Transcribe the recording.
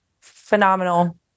Phenomenal